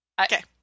Okay